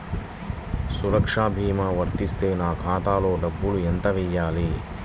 సురక్ష భీమా వర్తిస్తే నా ఖాతాలో డబ్బులు ఎంత వేయాలి?